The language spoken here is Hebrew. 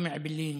גם אעבלין,